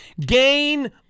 Gain